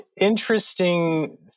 interesting